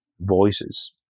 voices